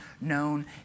known